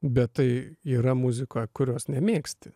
bet tai yra muzika kurios nemėgsti